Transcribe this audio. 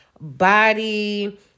body